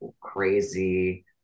crazy